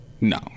No